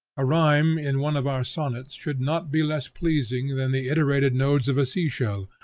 a rhyme in one of our sonnets should not be less pleasing than the iterated nodes of a sea-shell,